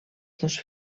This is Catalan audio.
dos